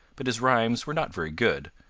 but his rhymes were not very good,